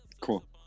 Cool